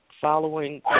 following